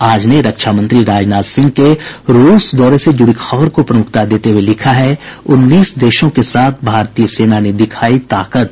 आज ने रक्षामंत्री राजनाथ सिंह के रूस दौरे से जुड़ी खबर को प्रमुखता देते हुये लिखा है उन्नीस देशों के साथ भारतीय सेना ने दिखायी ताकत